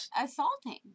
assaulting